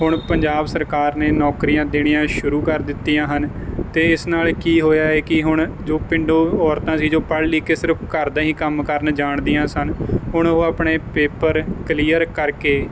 ਹੁਣ ਪੰਜਾਬ ਸਰਕਾਰ ਨੇ ਨੌਕਰੀਆਂ ਦੇਣੀਆਂ ਸ਼ੁਰੂ ਕਰ ਦਿੱਤੀਆਂ ਹਨ ਤੇ ਇਸ ਨਾਲ ਕੀ ਹੋਇਆ ਹੈ ਕੀ ਹੁਣ ਜੋ ਪਿੰਡੋ ਔਰਤਾਂ ਸੀ ਜੋ ਪੜ੍ਹ ਲਿਖ ਕੇ ਸਿਰਫ ਘਰ ਦਾ ਹੀ ਕੰਮ ਕਰਨ ਜਾਣ ਦੀਆਂ ਸਨ ਹੁਣ ਉਹ ਆਪਣੇ ਪੇਪਰ ਕਲੀਅਰ ਕਰਕੇ